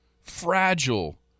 fragile